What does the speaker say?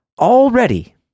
already